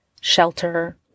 shelter